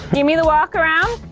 give me the walk around,